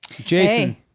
Jason